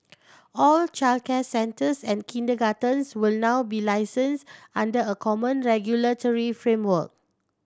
all childcare centres and kindergartens will now be license under a common regulatory framework